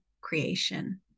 creation